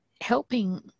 helping